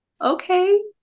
okay